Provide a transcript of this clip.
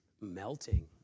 Melting